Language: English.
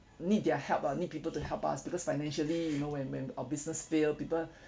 need their help ah need people to help us because financially you know when when our business fail people